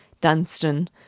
Dunstan